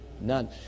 None